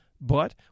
but